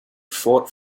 fought